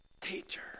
teacher